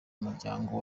umuryango